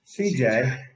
CJ